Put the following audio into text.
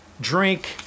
drink